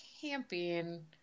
camping